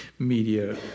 media